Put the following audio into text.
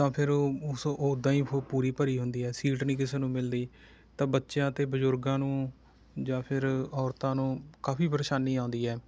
ਤਾਂ ਫਿਰ ਉਹ ਉਸ ਓਦਾਂ ਹੀ ਪੂਰੀ ਭਰੀ ਹੁੰਦੀ ਹੈ ਸੀਟ ਨਹੀਂ ਕਿਸੇ ਨੂੰ ਮਿਲਦੀ ਤਾਂ ਬੱਚਿਆਂ ਅਤੇ ਬਜ਼ੁਰਗਾਂ ਨੂੰ ਜਾਂ ਫਿਰ ਔਰਤਾਂ ਨੂੰ ਕਾਫ਼ੀ ਪਰੇਸ਼ਾਨੀ ਆਉਂਦੀ ਹੈ